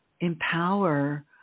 empower